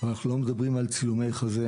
אבל אנחנו לא מדברים על צילומי חזה,